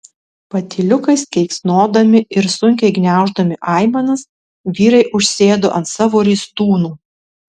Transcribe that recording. patyliukais keiksnodami ir sunkiai gniauždami aimanas vyrai užsėdo ant savo ristūnų